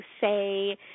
say